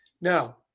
Now